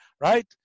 right